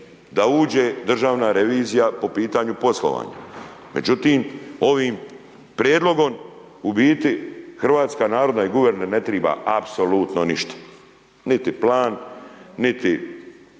da uđe državna revizija po pitanju poslovanja. Međutim, ovim prijedlogom u biti Hrvatska narodna i guverner ne triba apsolutno ništa, niti plan, niti